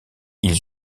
ils